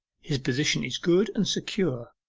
his position is good and secure,